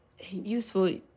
useful